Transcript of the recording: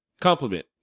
Compliment